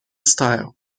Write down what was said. style